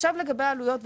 לגבי עלויות.